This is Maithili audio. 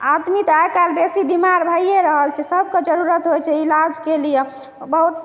आदमी तऽ आइकाल्हि बेसी बीमार भैए रहल छै सबके जरुरत होइ छै इलाजके लिए बहुत